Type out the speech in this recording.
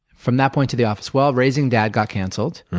from that point to the office? well, raising dad got cancelled.